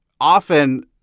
often